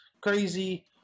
crazy